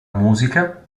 musica